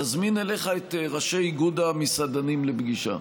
תזמין אליך את ראשי איגוד המסעדנים לפגישה.